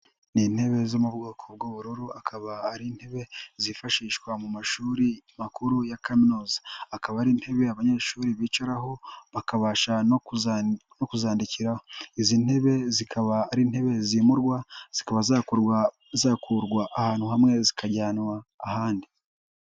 Ni intebe zo mu bwoko bw'ubururu, akaba ari intebe zifashishwa mu mashuri makuru ya kaminuza, akaba ari intebe abanyeshuri bicaraho, bakabasha no no kuzandikiraho, izi ntebe zikaba ari intebe zimurwa, zikaba zakurwa ahantu hamwe, zikajyanwa ahandi.